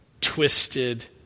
twisted